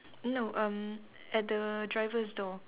no erm at the driver's door